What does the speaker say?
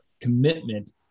commitment